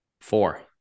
Four